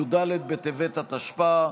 י"ד בטבת התשפ"א,